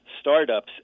startups